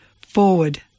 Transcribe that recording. forward